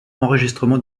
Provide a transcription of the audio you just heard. enregistrement